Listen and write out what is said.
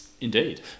Indeed